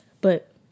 but-